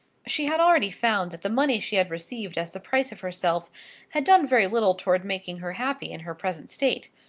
she had already found that the money she had received as the price of herself had done very little towards making her happy in her present state.